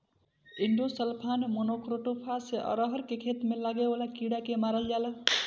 endosulfan, monocrotophos से अरहर के खेत में लागे वाला कीड़ा के मारल जाला